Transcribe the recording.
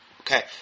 okay